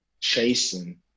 chasing